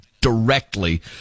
directly